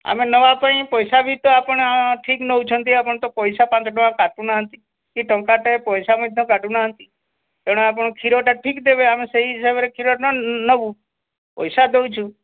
ଆମେ ନେବା ପାଇଁ ପଇସା ବି ତ ଆପଣ ଠିକ୍ ନେଉଛନ୍ତି ଆପଣ ତ ପଇସା ପାଞ୍ଚ ଟଙ୍କା କାଟୁ ନାହାନ୍ତି କି ଟଙ୍କାଟେ ପଇସା ମଧ୍ୟ କାଟୁନାହାନ୍ତି ତେଣୁ ଆପଣ କ୍ଷୀରଟା ଠିକ୍ ଦେବେ ଆମେ ସେହି ହିସାବରେ କ୍ଷୀର ନେବୁ ପଇସା ଦେଉଛୁ